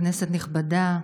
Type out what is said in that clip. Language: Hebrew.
כנסת נכבדה,